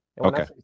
Okay